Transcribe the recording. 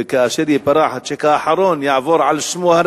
וכאשר ייפרע הצ'ק האחרון הרכב